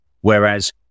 Whereas